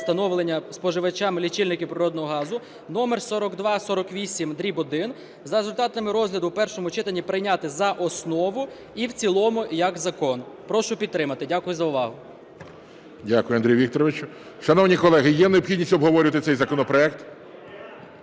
встановлення споживачам лічильників природного газу) (№ 4248-1) за результатами розгляду в першому читанні прийняти за основу і в цілому як закон. Прошу підтримати. Дякую за увагу. ГОЛОВУЮЧИЙ. Дякую, Андрію Вікторовичу. Шановні колеги, є необхідність обговорювати цей законопроект?